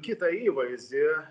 kitą įvaizdį